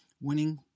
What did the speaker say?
winning